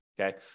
okay